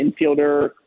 infielder